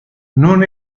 non